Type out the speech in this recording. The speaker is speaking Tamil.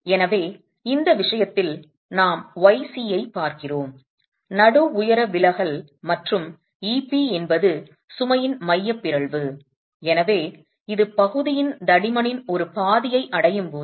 எனவே இந்த விஷயத்தில் நாம் yc ஐப் பார்க்கிறோம் நடு உயரம் விலகல் மற்றும் ep என்பது சுமையின் மையப் பிறழ்வு எனவே இது பகுதியின் தடிமனின் ஒரு பாதியை அடையும் போது